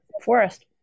Forest